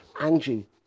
Angie